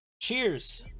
cheers